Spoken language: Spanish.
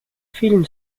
film